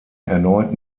erneut